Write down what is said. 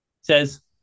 says